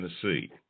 Tennessee